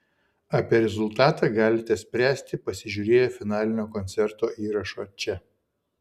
apie rezultatą galite spręsti pasižiūrėję finalinio koncerto įrašą čia